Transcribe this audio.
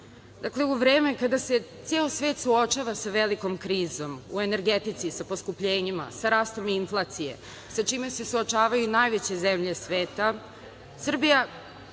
plan. Dakle, u vreme kada se ceo svet suočava sa velikom krizom u energetici, sa poskupljenjima, sa rastom inflacije, sa čime se suočavaju najveće zemlje sveta, Srbija